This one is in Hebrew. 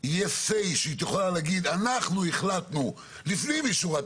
יהיה Say: שהיא תוכל להגיד: אנחנו החלטנו לפנים משורת